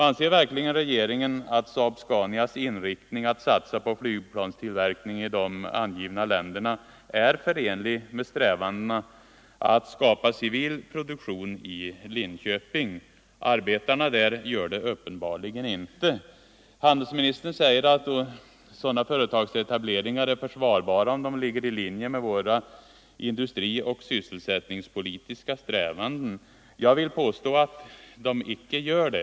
Anser verkligen regeringen att SAAB-Scanias inriktning att satsa på flygplanstillverkning i de angivna länderna är förenlig med strävandena att skapa civil produktion i Linköping? Arbetarna där gör det uppenbarligen inte. Handelsministern säger att sådana företagsetableringar är försvarbara = Nr 119 om de ligger i linje med våra industrioch sysselsättningspolitiska strä Tisdagen den vanden. Jag vill påstå att de inte gör det.